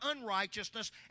unrighteousness